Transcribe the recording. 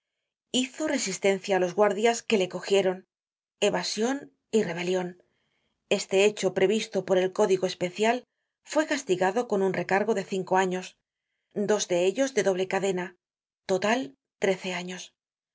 construccion hizo resistencia á los guardias que le cogieron evasion y rebelion este hecho previsto por el código especial fue castigado con un recargo de cinco años dos de ellos de doble cadena total trece años